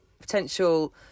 potential